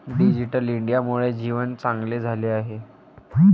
digital इंडियामुळे जीवन चांगले झाले आहे